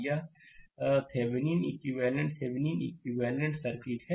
तो यह Thevenin equivalent Thevenin equivalent circuit है